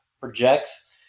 projects